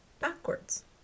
backwards